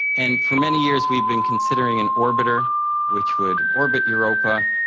and for many years we've been considering an orbiter which would orbit europa,